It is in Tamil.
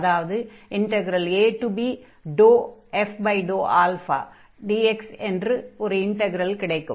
அதாவது ab∂fxα∂αdx என்ற ஒரு இன்டக்ரல் கிடைக்கும்